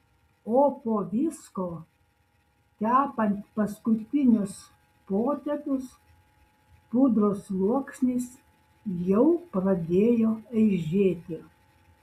o po visko tepant paskutinius potėpius pudros sluoksnis jau pradėjo eižėti